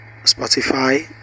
spotify